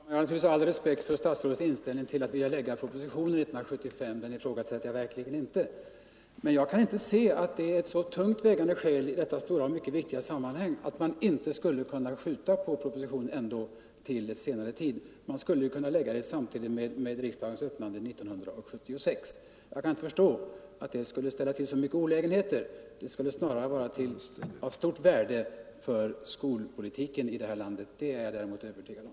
Herr talman! Jag har naturligtvis all respekt för statsrådets inställning att lägga fram propositionen 1975, och den inställningen ifrågasätter jag verkligen inte. Men jag kan inte se att det är ett så tungt vägande skäl i detta stora och mycket viktiga sammanhang att man ändå inte skulle kunna skjuta på propositionen. Den skulle ju kunna läggas fram samtidigt med riksdagens början 1976. Jag kan inte förstå att det skulle ställa till speciellt mycket olägenheter. Det skulle snarare vara av stort värde för skolpolitiken i det här landet — det är jag övertygad om.